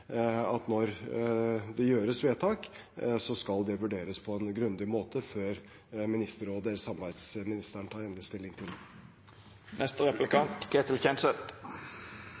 når det gjøres vedtak, skal det vurderes på en grundig måte før Ministerrådet eller samarbeidsministeren tar endelig stilling til